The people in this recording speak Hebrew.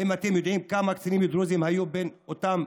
האם אתם יודעים כמה קצינים דרוזים היו בין אותם